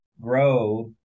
grow